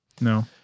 No